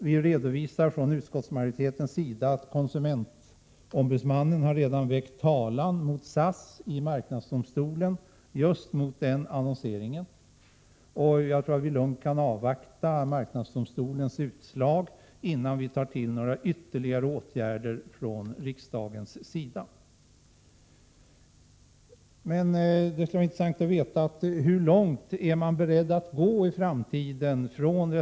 Vi redovisar från utskottsmajoriteten att konsumentombudsmannen redan har väckt talan mot SAS i marknadsdomstolen just avseende den annonseringen. Jag tror att vi lugnt kan avvakta marknadsdomstolens utslag innan vi vidtar ytterligare åtgärder från riksdagen. Det skulle vara intressant att veta hur långt reservanterna är beredda att gå i framtiden.